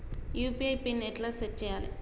UPI PIN ఎట్లా set చేయాలే?